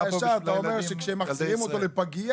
בשכל הישר אתה אומר שכשמחזירים אותו לפגייה